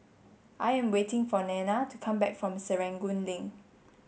I am waiting for Nena to come back from Serangoon Link